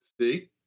See